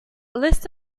list